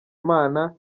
imana